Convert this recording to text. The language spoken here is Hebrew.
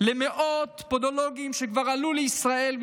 למאות פודולוגים שכבר עלו לישראל,